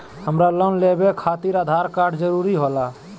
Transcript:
हमरा लोन लेवे खातिर आधार कार्ड जरूरी होला?